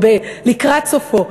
או לקראת סופו.